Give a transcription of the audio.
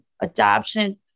adoption